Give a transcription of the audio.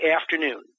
afternoon